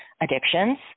addictions